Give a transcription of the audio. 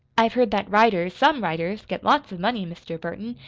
i've heard that writers some writers get lots of money, mr. burton,